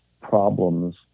problems